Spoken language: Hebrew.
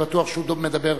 אני בטוח שהוא מדבר,